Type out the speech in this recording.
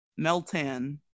Meltan